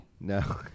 no